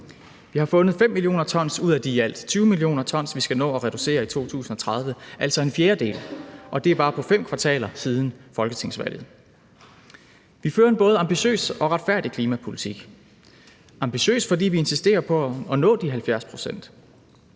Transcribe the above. Vi har fundet 5 mio. t ud af de i alt 20 mio. t, vi skal nå at reducere i 2030, altså en fjerdedel, og det er bare på fem kvartaler siden folketingsvalget. Vi fører en både ambitiøs og retfærdig klimapolitik. Den er ambitiøs, fordi vi insisterer på at nå de 70 pct.;